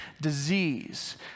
disease